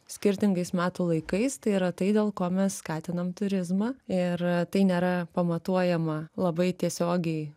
skirtingais metų laikais tai yra tai dėl ko mes skatinam turizmą ir tai nėra pamatuojama labai tiesiogiai